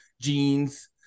jeans